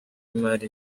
imari